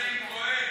הוא עוזר.